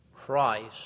Christ